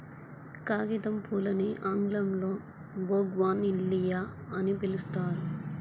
కాగితంపూలని ఆంగ్లంలో బోగాన్విల్లియ అని పిలుస్తారు